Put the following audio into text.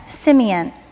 Simeon